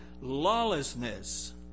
lawlessness